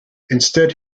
instead